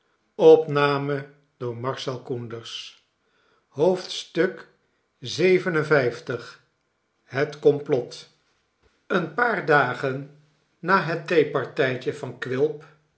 het complot een paar dagen na het theepartijtje van quilp